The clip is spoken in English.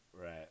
Right